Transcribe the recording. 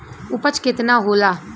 उपज केतना होला?